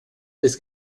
des